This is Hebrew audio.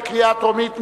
בקריאה טרומית,